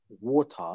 water